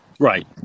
Right